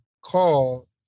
call